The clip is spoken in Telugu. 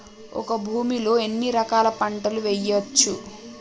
ఒక భూమి లో ఎన్ని రకాల పంటలు వేయచ్చు?